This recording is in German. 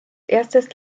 erstes